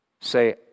say